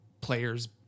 players